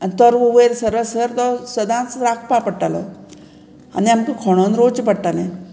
आनी तो तरवो वयर सरसर तो सदांच राखपा पडटालो आनी आमकां खोणोन रोवचें पडटालें